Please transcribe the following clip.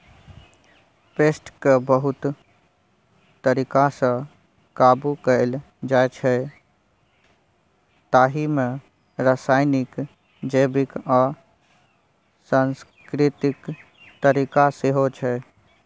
पेस्टकेँ बहुत तरीकासँ काबु कएल जाइछै ताहि मे रासायनिक, जैबिक आ सांस्कृतिक तरीका सेहो छै